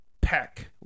Pack